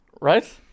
right